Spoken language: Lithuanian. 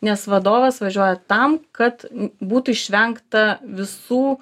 nes vadovas važiuoja tam kad būtų išvengta visų